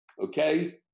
Okay